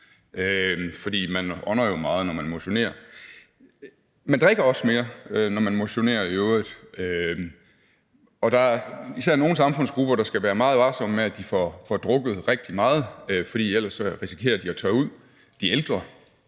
For man indånder jo meget luft, når man motionerer. Man drikker i øvrigt også mere, når man motionerer, og der er især nogle samfundsgrupper, der skal være meget varsomme med, at de får drukket rigtig meget, for ellers risikerer de at tørre ud, nemlig